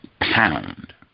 pound